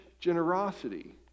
generosity